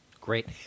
Great